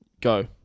Go